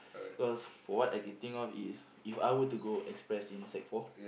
cause for what I can think of is if I were to go express in sec four